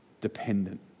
Dependent